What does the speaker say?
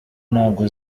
ntabwo